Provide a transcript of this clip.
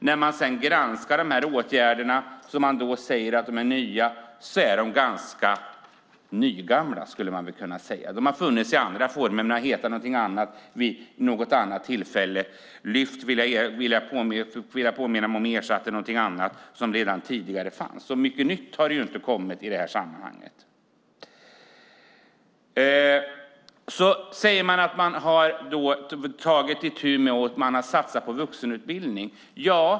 När man sedan granskar de åtgärder som man säger är nya är de ganska nygamla, skulle man väl kunna säga. De har funnits i andra former men har hetat något annat vid något annat tillfälle. Lyft vill jag påminna mig om ersatte något annat som redan tidigare fanns. Så mycket nytt har det inte kommit i det här sammanhanget. Man säger att man har tagit itu med och satsat på vuxenutbildning.